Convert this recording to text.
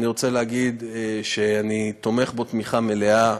אני רוצה להגיד שאני תומך בו תמיכה מלאה.